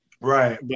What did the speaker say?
right